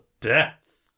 Death